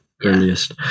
Earliest